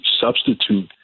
substitute